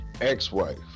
ex-wife